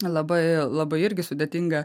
labai labai irgi sudėtinga